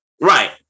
Right